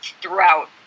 throughout